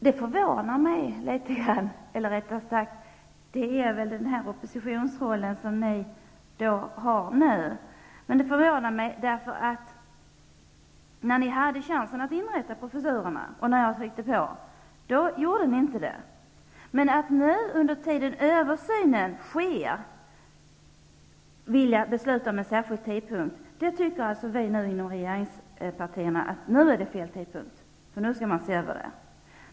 Det förvånar mig litet grand, eller rättare sagt är det väl den oppositionsroll som ni nu har. Det förvånar mig därför att när ni hade chansen att inrätta professurerna, gjorde ni inte det. Men att nu vilja besluta om en särskild tidpunkt, när översynen görs, tycker vi inom regeringspartierna är fel.